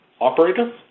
Operator